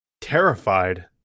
terrified